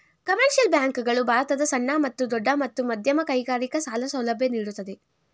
commercial bank ಗಳು ಭಾರತದ ಸಣ್ಣ ಮತ್ತು ದೊಡ್ಡ ಮತ್ತು ಮಧ್ಯಮ ಕೈಗಾರಿಕೆ ಸಾಲ ಸೌಲಭ್ಯ ನೀಡುತ್ತದೆ